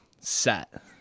set